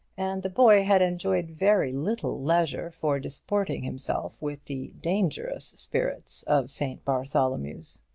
and the boy had enjoyed very little leisure for disporting himself with the dangerous spirits of st. bartholomew's.